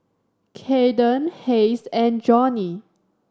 Kaeden Hays and Johny